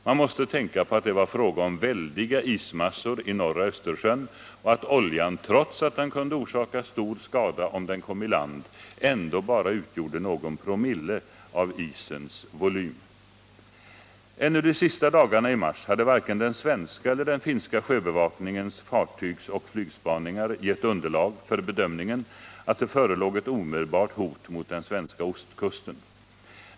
Man måste tänka på att det var fråga om väldiga ismassor i norra Östersjön och att oljan, trots att den kunde orsaka stor skada om den kom i land, ändå bara utgjorde någon promille av isens volym. Ännu de sista dagarna i mars hade varken den svenska eller den finska sjöbevakningens fartygsoch flygspaningar gett underlag för bedömningen att det förelåg ett omedelbart hot mot den svenska ostkusten.